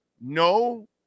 no